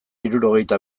hirurogeita